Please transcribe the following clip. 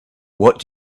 what